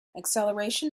acceleration